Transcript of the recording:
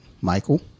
Michael